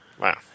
Wow